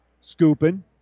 scooping